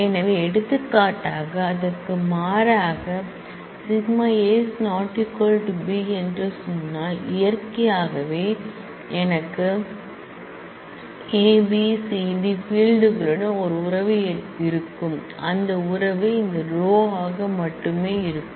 எனவே எடுத்துக்காட்டாக அதற்கு மாறாக σA ≠B என்று சொன்னால் இயற்கையாகவே எனக்கு A B C D field களுடன் ஒரு ரிலேஷன் இருக்கும் அந்த ரிலேஷன் இந்த ரோஆக மட்டுமே இருக்கும்